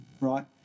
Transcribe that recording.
right